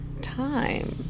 time